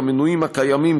למנויים הקיימים,